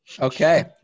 Okay